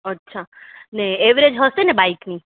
અચ્છા ને એવરેજ હશે ને બાઈકની